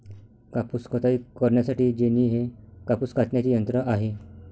कापूस कताई करण्यासाठी जेनी हे कापूस कातण्याचे यंत्र आहे